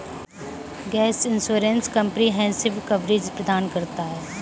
gap insurance comprehensive coverage प्रदान करता है